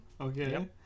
okay